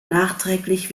nachträglich